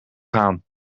gaan